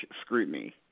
scrutiny